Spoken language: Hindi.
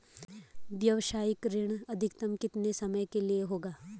व्यावसायिक ऋण अधिकतम कितने समय के लिए होगा?